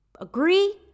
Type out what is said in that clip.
agree